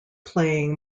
playing